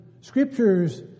scriptures